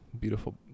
beautiful